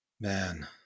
man